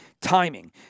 timing